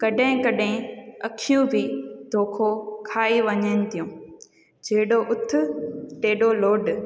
कॾहिं कॾहिं अखियूं बि दोखो खाई वञनि थियूं जहिड़ो उथु तेॾो लोड